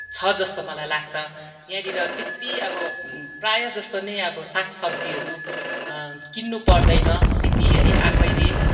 छ जस्तो मलाई लाग्छ यहाँनिर त्यति अब प्रायःजस्तो नै अब साग सब्जीहरू किन्नु पर्दैन त्यति है आफैले